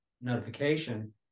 notification